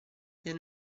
viene